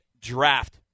draft